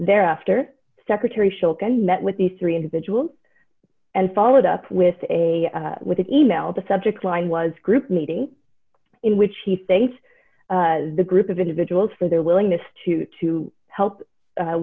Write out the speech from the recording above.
there after secretary shelton met with these three individuals and followed up with a with an e mail the subject line was group meeting in which he thanked the group of individuals for their willingness to to help